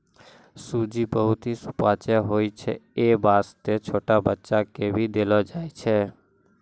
सूजी बहुत हीं सुपाच्य होय छै यै वास्तॅ छोटो बच्चा क भी देलो जाय छै